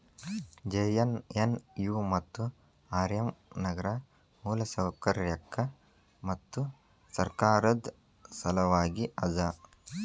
JNNU ಮತ್ತು RM ನಗರ ಮೂಲಸೌಕರ್ಯಕ್ಕ ಮತ್ತು ಸರ್ಕಾರದ್ ಸಲವಾಗಿ ಅದ